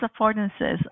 affordances